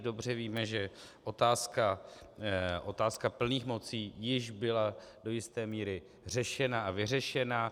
Dobře víme, že otázka plných mocí již byla do jisté míry řešena a vyřešena.